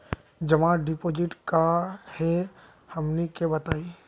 जमा डिपोजिट का हे हमनी के बताई?